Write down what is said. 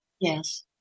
Yes